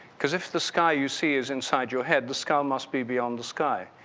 because if the sky you see is inside your head, the skull must be beyond the sky.